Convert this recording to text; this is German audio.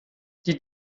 die